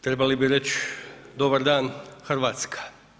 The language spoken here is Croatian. Trebali bi reći dobar dan Hrvatska.